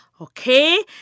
Okay